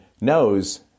knows